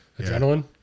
Adrenaline